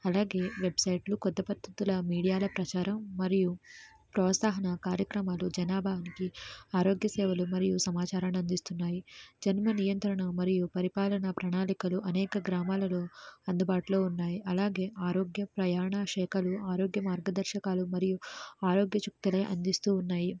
అలాగే వెబ్సైట్లు కొత్త పద్ధతుల మీడియాల ప్రచారం మరియు ప్రోత్సాహన కార్యక్రమాలు జనాభాకి ఆరోగ్య సేవలు మరియు సమాచారాన్ని అందిస్తున్నాయి జన్మ నియంత్రణ మరియు పరిపాలన ప్రణాళికలు అనేక గ్రామాలలో అందుబాటులో ఉన్నాయి అలాగే ఆరోగ్య ప్రయాణ షేకలు ఆరోగ్య మార్గదర్శకాలు మరియు ఆరోగ్య సూత్రాలే అందిస్తూ ఉన్నాయి